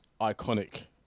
iconic